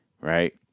Right